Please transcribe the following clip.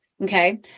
Okay